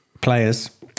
players